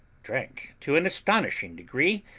drank to an astonishing degree,